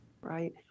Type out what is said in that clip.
Right